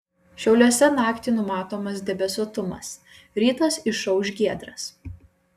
šiauliuose naktį numatomas debesuotumas rytas išauš giedras